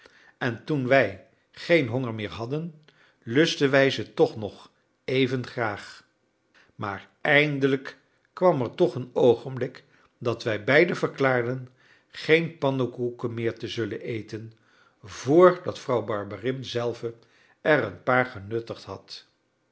en toen wij geen honger meer hadden lustten wij ze toch nog even graag maar eindelijk kwam er toch een oogenblik dat wij beiden verklaarden geen pannekoeken meer te zullen eten vr dat vrouw barberin zelve er een paar genuttigd had